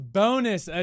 bonus